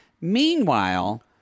Meanwhile